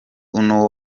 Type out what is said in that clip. uno